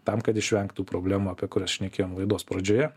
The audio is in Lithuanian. tam kad išvengt tų problemų apie kurias šnekėjom laidos pradžioje